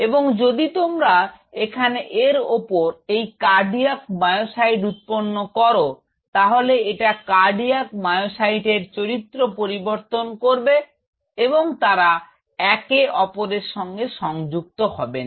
এবং যদি তোমরা এখানে এর ওপর এই কার্ডিয়াক মায়োসাইট উৎপন্ন কর তাহলে এটা কার্ডিয়াক মায়োসাইটের চরিত্র পরিবর্তন করবে এবং তারা একে অপরের সঙ্গে সংযুক্ত হবে না